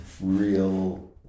real